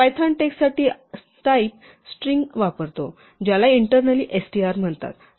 Python टेक्स्टसाठी type string वापरतो ज्याला इंटर्नॅलि str म्हणतात